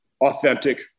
authentic